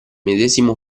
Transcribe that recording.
medesimo